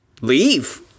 Leave